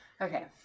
okay